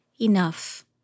Enough